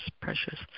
precious